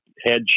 head